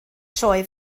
sioe